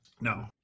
No